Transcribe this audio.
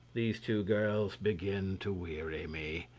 these two girls begin to weary me.